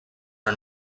are